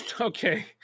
Okay